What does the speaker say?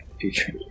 future